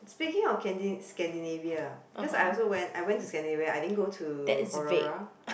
speaking of Scandi~ Scandinavia because I also went I went to Scandinavia I didn't go to Aurora I